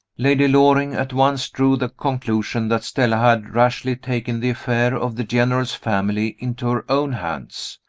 lady loring at once drew the conclusion that stella had rashly taken the affair of the general's family into her own hands.